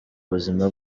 buzima